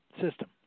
system